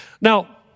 Now